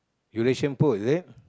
Eurasian food is it